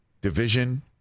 division